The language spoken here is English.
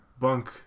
Bunk